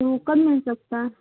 تو کب مل سکتا ہے